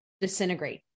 disintegrate